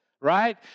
right